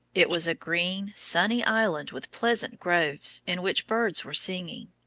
it was a green, sunny island with pleasant groves in which birds were singing.